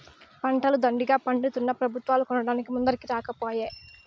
పంటలు దండిగా పండితున్నా పెబుత్వాలు కొనడానికి ముందరికి రాకపోయే